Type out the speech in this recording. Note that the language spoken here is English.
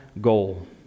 goal